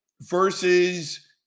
versus